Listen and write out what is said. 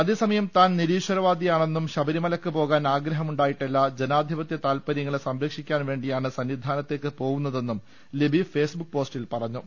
അതെസമയം താൻ നിരീശ്വരവാദിയാണെന്നും ശബരിമലയ്ക്ക് പോകാൻ ആഗ്രമുണ്ടായിട്ടല്ല ജനാധിപത്യ താൽപര്യങ്ങളെ സംരക്ഷിക്കാൻ വേണ്ടിയാ ണ് സന്നിധാനത്തേക്ക് പോവുന്നതെന്നും ലിബി ഫേസ്ബുക്ക് പോസ്റ്റിൽ പറ ഞ്ഞു